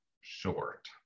short